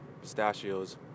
pistachios